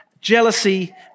jealousy